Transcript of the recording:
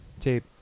tape